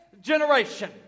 generation